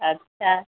अच्छा